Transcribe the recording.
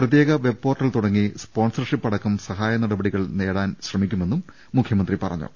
പ്രത്യേക web portal തുടങ്ങി sponsorship അടക്കം സഹായ നടപടികൾ നേടാൻ ശ്രമിക്കുമെന്നും മുഖ്യമന്ത്രി പറഞ്ഞു